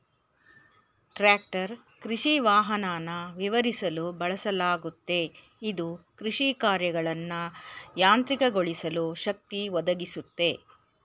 tractor ಕೃಷಿವಾಹನನ ವಿವರಿಸಲು ಬಳಸಲಾಗುತ್ತೆ ಇದು ಕೃಷಿಕಾರ್ಯಗಳನ್ನ ಯಾಂತ್ರಿಕಗೊಳಿಸಲು ಶಕ್ತಿ ಒದಗಿಸುತ್ತೆ